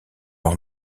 leur